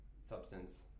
substance